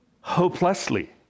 Hopelessly